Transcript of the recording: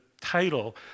title